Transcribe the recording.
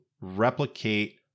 replicate